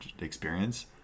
experience